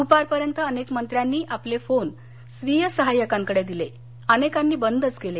दूपारपर्यंत अनेक मंत्र्यांनी आपले फोन स्वीय सहाय्यकांकडे दिले अनेकांनी बंदच केले